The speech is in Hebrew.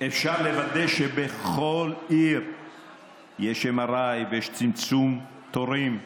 אפשר לוודא שבכל עיר יש MRI ויש צמצום תורים.